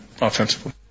offensively